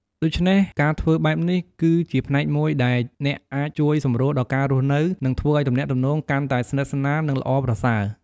ដូច្នេះ ការធ្វើបែបនេះ គឺជាផ្នែកមួយដែលអ្នកអាចជួយសម្រួលដល់ការរស់នៅ និងធ្វើឲ្យទំនាក់ទំនងកាន់តែស្និទ្ធស្នាល និងល្អប្រសើរ។